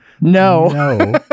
no